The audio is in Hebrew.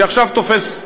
שעכשיו תופס,